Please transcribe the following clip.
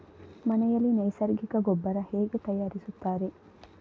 ಮನೆಯಲ್ಲಿ ನೈಸರ್ಗಿಕ ಗೊಬ್ಬರ ಹೇಗೆ ತಯಾರಿಸುತ್ತಾರೆ?